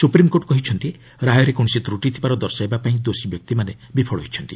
supreme court କହିଛନ୍ତି ରାୟରେ କୌଣସି ତୃଟି ଥିବାର ଦର୍ଶାଇବା ପାଇଁ ଦୋଷୀ ବ୍ୟକ୍ତିମାନେ ବିଫଳ ହୋଇଛନ୍ତି